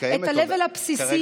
את ה-level הבסיסי,